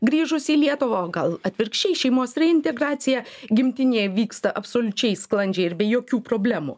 grįžus į lietuvą o gal atvirkščiai šeimos reintegracija gimtinėje vyksta absoliučiai sklandžiai ir be jokių problemų